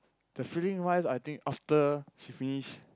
the feeling wise I think after finish